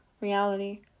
reality